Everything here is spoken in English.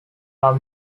are